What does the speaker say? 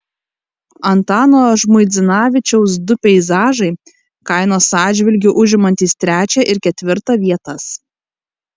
antano žmuidzinavičiaus du peizažai kainos atžvilgiu užimantys trečią ir ketvirtą vietas